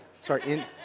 Sorry